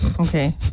Okay